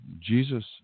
Jesus